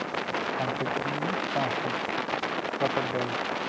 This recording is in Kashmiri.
پنٛژاہ کِلوٗہُن کانٛہہ تہِ سَتتھ بیگ